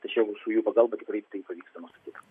tačiau visų jų pagalba tikrai tai pavyksta nustatyt